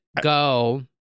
go